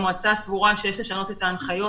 המועצה סבורה שיש לשנות את ההנחיות